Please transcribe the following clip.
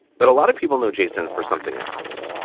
but a lot of people know jason for something else.